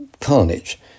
carnage